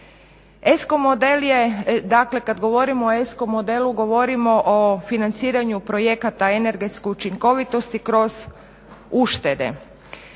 ESCO model je dakle kada govorimo o ESCO modelu govorimo o financiranju projekata energetske učinkovitosti kroz uštede.